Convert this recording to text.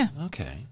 okay